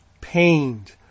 pained